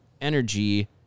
energy